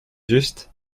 juste